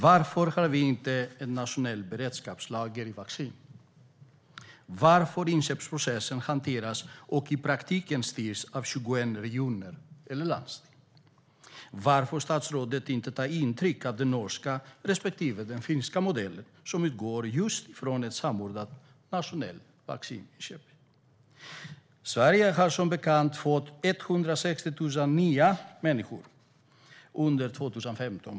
Varför har vi inte ett nationellt beredskapslager för vaccin? Varför hanteras och i praktiken styrs inköpsprocessen av 21 regioner eller landsting? Varför tar inte statsrådet intryck av den norska respektive den finska modellen, som utgår från samordnat nationellt vaccininköp? Sverige har som bekant fått 160 000 nya människor under 2015.